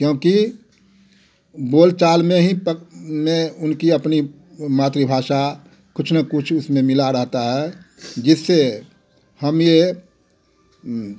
क्योंकि बोलचाल में ही प में उनकी अपनी मातृभाषा कुछ न कुछ उसमें मिला रहता है जिससे हम यह